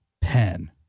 pen